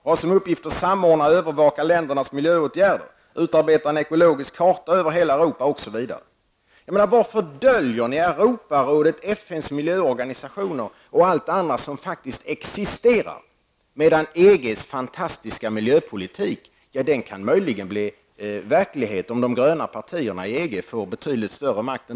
Uppgiften är att samordna och övervaka ländernas miljöåtgärder, utarbeta en ekologisk karta över hela Europa osv. Varför döljer ni Europarådet, FNs miljöorganisationer och andra organisationer som faktiskt existerar, då EGs fantastiska miljöpolitik möjligen kan bli verklighet om de gröna partierna i EG får betydligt större makt?